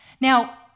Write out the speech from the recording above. Now